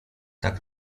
tak